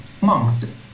Monks